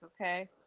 okay